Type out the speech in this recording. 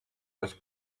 was